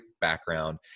background